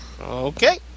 Okay